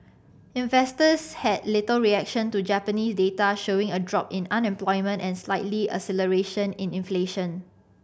investors had little reaction to Japanese data showing a drop in unemployment and slightly acceleration in inflation